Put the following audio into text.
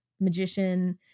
magician